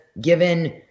given